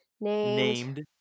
Named